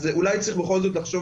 אז אולי צריך לחשוב,